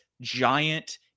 giant